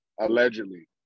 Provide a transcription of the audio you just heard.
Allegedly